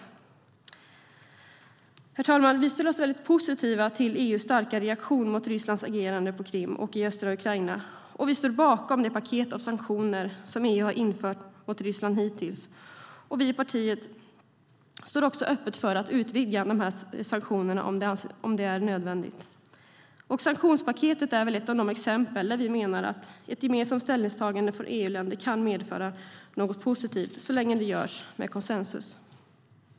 Herr talman! Vi ställer sig oss mycket positiva till EU:s starka reaktion mot Rysslands agerande på Krim och i östra Ukraina. Vi står bakom det paket av sanktioner som EU infört mot Ryssland hittills. Partiet står också öppet för att utvidga sanktionerna om det är nödvändigt. Sanktionspaketet är ett av de exempel där vi menar att ett gemensamt ställningstagande från EU-länder kan medföra något positivt så länge det görs med konsensus.